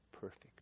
perfect